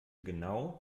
genau